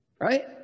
Right